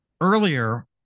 earlier